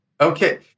Okay